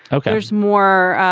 ok there's more